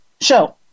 show